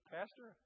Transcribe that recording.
Pastor